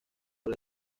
por